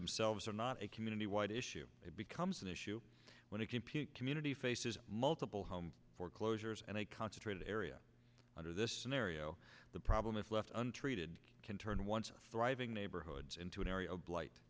themselves are not a community wide issue it becomes an issue when it community faces multiple home foreclosures and a concentrated area under this scenario the problem if left untreated can turn once thriving neighborhoods into an area blight